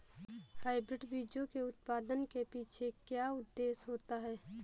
Hybrid बीजों के उत्पादन के पीछे क्या उद्देश्य होता है?